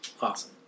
awesome